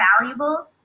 valuable